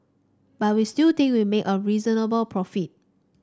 but we still think we made a reasonable profit